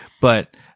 But-